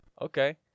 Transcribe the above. okay